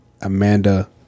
Amanda